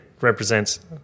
represents